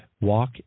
walk